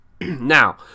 Now